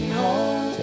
home